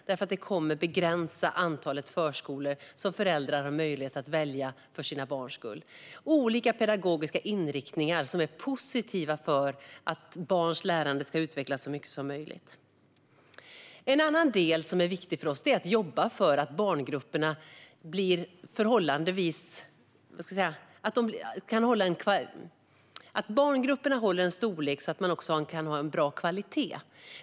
Den handlar om att begränsa möjligheterna för föräldrar att välja förskolor med olika pedagogiska inriktningar som är positiva för barns lärande. En annan del som är viktig för oss är att jobba för att barngrupperna ska hålla en storlek där man kan ha bra kvalitet.